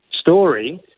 story